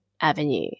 avenue